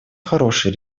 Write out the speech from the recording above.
хорошие